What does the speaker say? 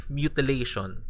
mutilation